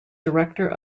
director